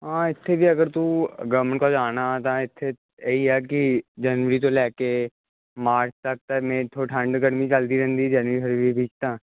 ਹਾਂ ਇੱਥੇ ਵੀ ਅਗਰ ਤੂੰ ਗਵਰਮੈਂਟ ਕੋਲਜ ਆਉਣਾ ਤਾਂ ਇੱਥੇ ਇਹੀ ਹੈ ਕਿ ਜਨਵਰੀ ਤੋਂ ਲੈ ਕੇ ਮਾਰਚ ਤੱਕ ਤਾਂ ਮੇਨ ਥੋੜ੍ਹੀ ਠੰਡ ਗਰਮੀ ਚਲਦੀ ਰਹਿੰਦੀ ਜਨਵਰੀ ਫਰਬਰੀ ਵਿੱਚ ਤਾਂ